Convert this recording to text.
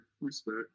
respect